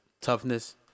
Toughness